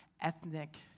ethnic